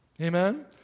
Amen